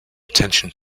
attention